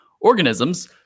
organisms